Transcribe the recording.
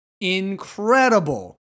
Incredible